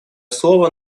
слово